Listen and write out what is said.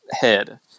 head